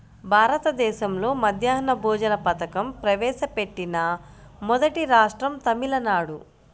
భారతదేశంలో మధ్యాహ్న భోజన పథకం ప్రవేశపెట్టిన మొదటి రాష్ట్రం తమిళనాడు